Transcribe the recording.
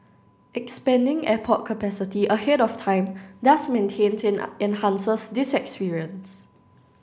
expanding airport capacity ahead of time thus maintains and and enhances this experience